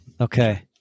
Okay